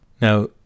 Now